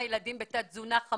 והוא מספר על ילדים עם תת-תזונה חמור